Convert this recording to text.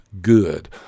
good